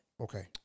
okay